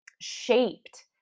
shaped